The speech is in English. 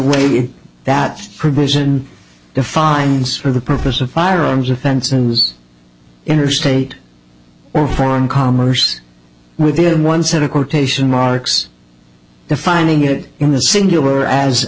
way that provision defines for the purpose of firearms offenses interstate or foreign commerce within one set of quotation marks defining it in the singular as